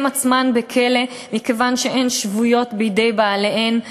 הן עצמן בכלא מכיוון שהן שבויות בידי בעליהן,